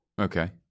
Okay